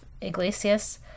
iglesias